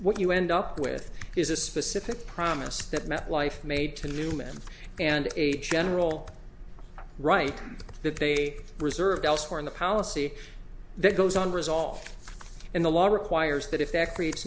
what you end up with is a specific promise that metlife made to new men and a general right that they reserved elsewhere in the policy that goes on resolved in the law requires that if that creates